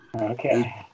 Okay